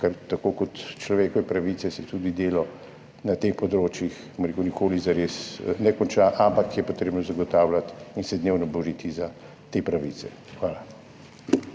Ker tako kot človekove pravice, se tudi delo na teh področjih, bom rekel, nikoli zares ne konča, ampak je potrebno zagotavljati in se dnevno boriti za te pravice. Hvala.